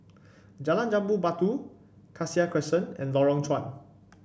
Jalan Jambu Batu Cassia Crescent and Lorong Chuan